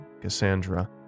Cassandra